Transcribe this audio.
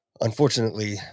unfortunately